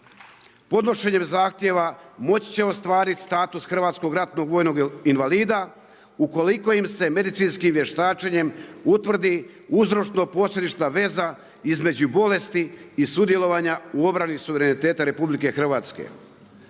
podnošenjem zahtjeva, moći će ostvariti status hrvatskog ratnog vojnog invalida, ukoliko im se medicinskim vještačenjem, utvrdi uzročno posrednička veza između bolesti i sudjelovanja u obrani suvereniteta RH. Naše procjene